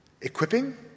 equipping